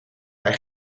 hij